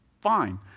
fine